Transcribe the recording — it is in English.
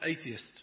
atheist